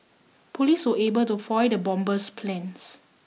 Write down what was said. police were able to foil the bomber's plans